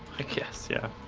i guess yeah